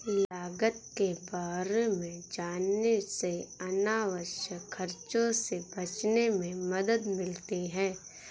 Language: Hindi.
लागत के बारे में जानने से अनावश्यक खर्चों से बचने में मदद मिलती है